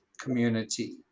community